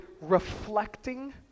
reflecting